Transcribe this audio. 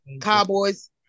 Cowboys